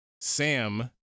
Sam